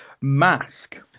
mask